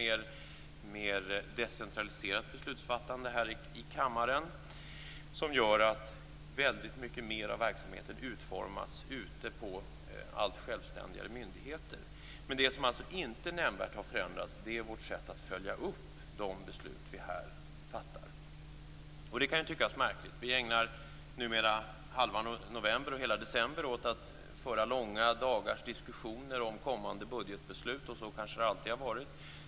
Det är ett mer decentraliserat beslutsfattande här i kammaren. Det gör att väldigt mycket mer av verksamheten utformas ute på allt självständigare myndigheter. Men det som alltså inte nämnvärt har förändrats är vårt sätt att följa upp de beslut som vi fattar. Det kan tyckas märkligt. Vi ägnar numera halva november och hela december åt att föra långa dagars diskussioner om kommande budgetbeslut, och så har det kanske alltid varit.